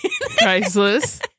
Priceless